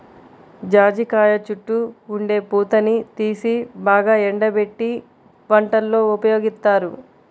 జాజికాయ చుట్టూ ఉండే పూతని తీసి బాగా ఎండబెట్టి వంటల్లో ఉపయోగిత్తారు